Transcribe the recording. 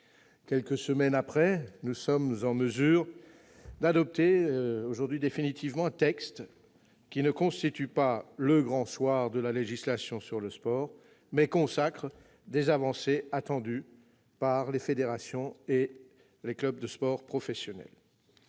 Quelques semaines plus tard, nous sommes en mesure d'adopter définitivement un texte, qui certes ne constitue pas le « grand soir » de la législation sur le sport, mais qui consacre des avancées attendues par les fédérations et les clubs de sport professionnels.